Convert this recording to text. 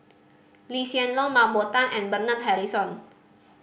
Lee Hsien Loong Mah Bow Tan and Bernard Harrison